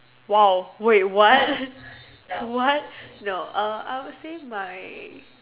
!wow! wait what what no err I would say my